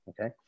okay